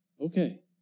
okay